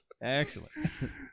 Excellent